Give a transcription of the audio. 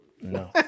No